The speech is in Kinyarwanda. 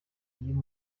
uyu